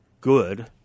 good